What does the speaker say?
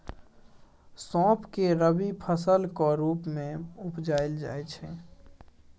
सौंफ केँ रबी फसलक रुप मे उपजाएल जाइ छै